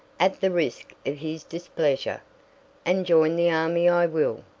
at the risk of his displeasure and join the army i will,